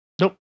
Nope